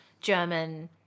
German